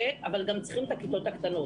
ב' אבל גם צריכים את הכיתות הקטנות.